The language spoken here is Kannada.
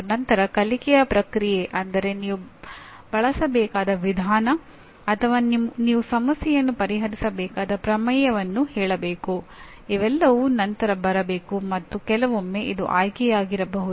ಏಕೆಂದರೆ ಒಂದು ನಿರ್ದಿಷ್ಟ ಸನ್ನಿವೇಶದಲ್ಲಿ ಒಬ್ಬ ಶಿಕ್ಷಕನು ವಿದ್ಯಾರ್ಥಿಗಳೊಂದಿಗೆ ಹೇಗೆ ಮಧ್ಯಪ್ರವೇಶಿಸಲು ಬಯಸುತ್ತಾನೆ ಎಂಬುದರ ಆಯ್ಕೆಗಳಲ್ಲಿಯೂ ಕೆಲವು ಊಹೆಗಳಿರಬಹುದು